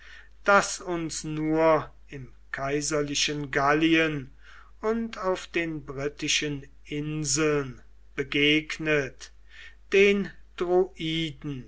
das uns nur im kaiserlichen gallien und auf den britannischen inseln begegnet den